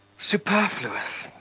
superfluous,